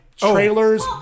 trailers